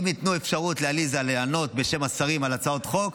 אם ייתנו אפשרות לעליזה לענות בשם השרים על הצעות חוק,